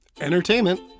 entertainment